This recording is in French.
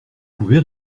pouvez